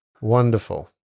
Wonderful